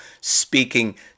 speaking